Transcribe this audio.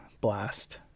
blast